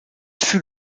fut